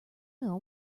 know